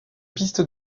piste